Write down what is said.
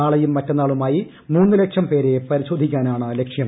നാളെയും മറ്റന്നാളുമായി മൂന്ന് ലക്ഷം പേരെ പരിശോധിയ്ക്കാനാണ് ലക്ഷ്യം